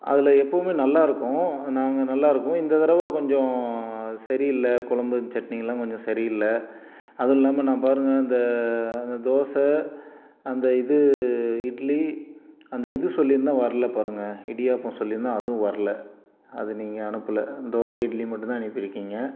அதில் எப்பவுமே நல்லாயிருக்கும் நாங்கள் நல்லாயிருக்கும் இந்த தடவை கொஞ்சம் சரியில்லை கொழம்பு சட்னி எல்லாம் கொஞ்சம் சரியில்லை அது இல்லாமல் நான் பாருங்க இந்த அந்த தோசை அந்த இது இட்லி அந்த இது சொல்லியிருந்தேன் வரல பாருங்க இடியாப்பம் சொல்லியிருந்தேன் அதுவும் வரல அது நீங்கள் அனுப்பலை தோசை இட்லி மட்டும்தான் அனுப்பி இருக்கீங்க